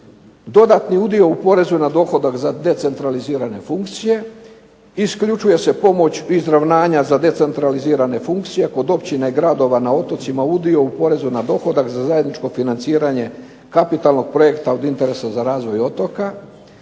dodatni udio u porezu na dohodak za decentralizirane funkcije, isključuje se pomoć izravnanja za decentralizirane funkcije kod općina i gradova na otocima udio u porezu na dohodak za zajedničko financiranje kapitalnog projekta od interesa za razvoj otoka,